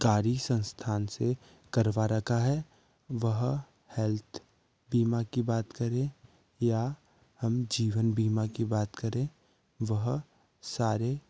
कारी संस्थान से करवा रखा है वह हेल्थ बीमा की बात करें या हम जीवन बीमा की बात करें वह सारे